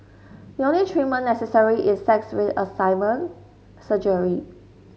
the only treatment necessary is sex reassignment surgery